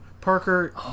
Parker